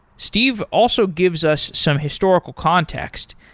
steve also gives us some historical context,